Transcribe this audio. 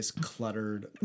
cluttered